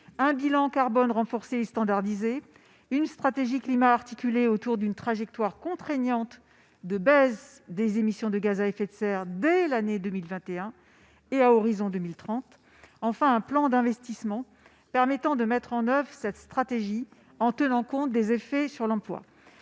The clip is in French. un bilan carbone renforcé et standardisé ; une stratégie climat articulée autour d'une trajectoire contraignante de baisse des émissions de gaz à effet de serre dès l'année 2021 et à horizon de 2030 ; un plan d'investissement permettant de mettre en oeuvre cette stratégie en tenant compte des effets sur l'emploi.